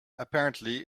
apparently